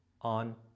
on